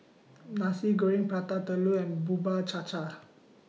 Nasi Goreng Prata Telur and Bubur Cha Cha